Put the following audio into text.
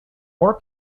more